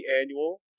annual